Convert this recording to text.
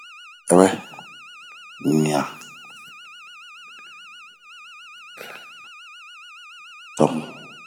ɛbɛ, ɲian ,tamu